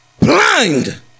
Blind